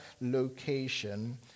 location